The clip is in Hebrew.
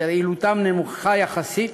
שרעילותם נמוכה יחסית,